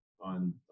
on